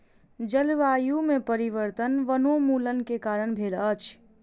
जलवायु में परिवर्तन वनोन्मूलन के कारण भेल अछि